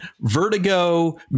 Vertigo